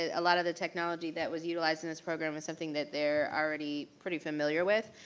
a lot of the technology that was utilized in this program is something that they're already pretty familiar with.